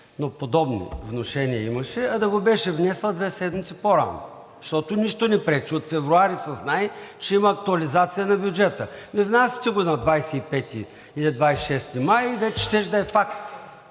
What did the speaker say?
но подобни внушения имаше, а да го беше внесла две седмици по-рано. Защото нищо не пречи, от февруари се знае, че ще има актуализация на бюджета. Ами, внасяте го на 25 или 26 май и вече щеше да е факт.